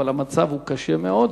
אבל המצב קשה מאוד,